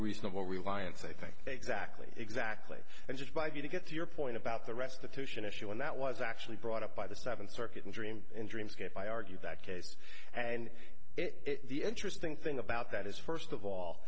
reasonable reliance i think exactly exactly and just by you to get to your point about the restitution issue and that was actually brought up by the seventh circuit in dream in dreamscape i argue that case and it the interesting thing about that is first of all